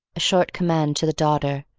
a short command to the daughter,